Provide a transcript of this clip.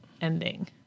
ending